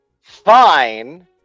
Fine